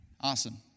Awesome